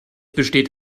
besteht